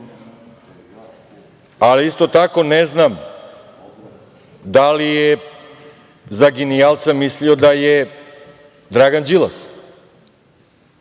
isto tako ne znam da li je za genijalca mislio da je Dragan Đilas?